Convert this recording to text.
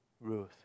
Ruth